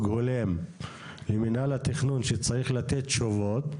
הולם למינהל התכנון שצריך לתת תשובות,